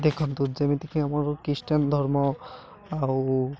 ଦେଖନ୍ତୁ ଯେମିତି କି ଆମର ଖ୍ରୀଷ୍ଟିଆନ ଧର୍ମ ଆଉ